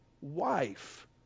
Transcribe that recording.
wife